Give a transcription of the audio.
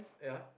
yeah